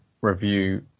review